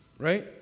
Right